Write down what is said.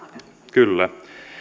kyllä